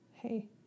hey